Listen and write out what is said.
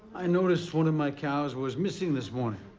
i noticed one of my cows was missing this morning.